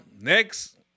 next